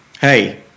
hey